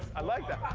i like that.